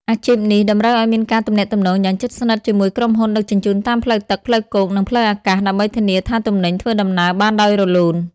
អាជីពនេះតម្រូវឱ្យមានការទំនាក់ទំនងយ៉ាងជិតស្និទ្ធជាមួយក្រុមហ៊ុនដឹកជញ្ជូនតាមផ្លូវទឹក ផ្លូវគោក និងផ្លូវអាកាស ដើម្បីធានាថាទំនិញធ្វើដំណើរបានដោយរលូន។